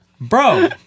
Bro